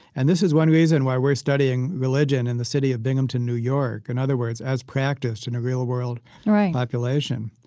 and this is one reason why we're studying religion in the city of binghamton, new york. in and other words, as practiced in a real world population,